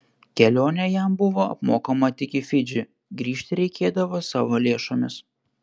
kelionė jam buvo apmokama tik į fidžį grįžti reikėdavo savo lėšomis